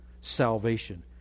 salvation